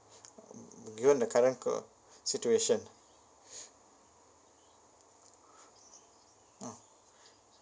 mm you want the current uh situation uh